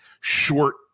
short